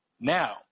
Now